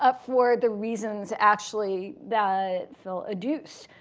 ah for the reasons, actually, that phil adduced.